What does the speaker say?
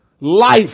life